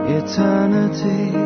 eternity